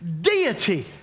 deity